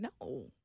No